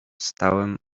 stałem